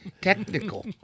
Technical